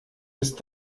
ist